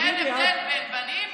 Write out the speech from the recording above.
זה שאין הבדל בין בנים